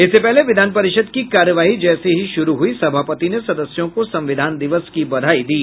इससे पहले विधान परिषद् की कार्यवाही जैसे ही शुरु हुई सभापति ने सदस्यों को संविधान दिवस की बधाई दी